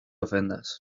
ofendas